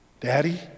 Daddy